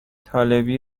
طالبی